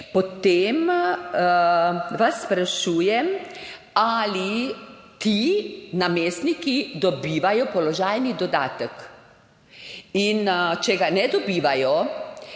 potem vas sprašujem, ali ti namestniki dobivajo položajni dodatek. Če ga ne dobivajo,